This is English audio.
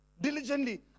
diligently